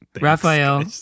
Raphael